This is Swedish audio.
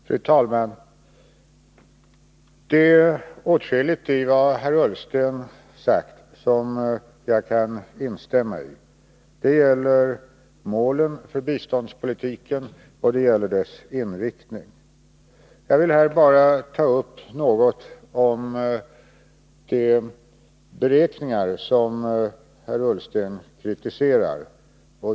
Fru talman! Det är åtskilligt i vad herr Ullsten har sagt som jag kan instämma i. Det gäller målen för biståndspolitiken, och det gäller dess inriktning. Jag vill här bara ta upp något om de beräkningar som herr Ullsten kritiserar.